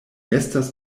estas